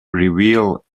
reveal